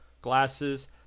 glasses